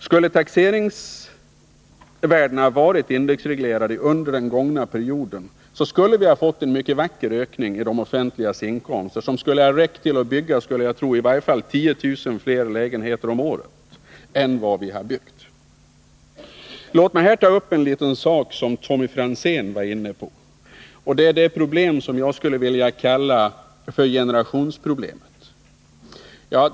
Skulle taxeringsvärdena ha varit indexreglerade under den gångna perioden skulle vi ha fått en mycket vacker ökning av det offentligas inkomster som skulle ha räckt till för att bygga i varje fall 10 000 lägenheter om året mer än vad vi byggt. Låt mig här ta upp något som Tommy Franzén var inne på, det problem som jag skulle vilja kalla generationsproblemet.